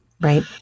Right